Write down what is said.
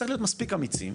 צריך להיות מספיק אמיצים.